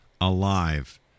alive